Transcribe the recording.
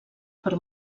per